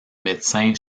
médecin